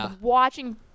watching